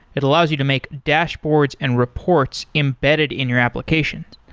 it allows you to make dashboards and reports embedded in your application.